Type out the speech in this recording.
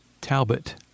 Talbot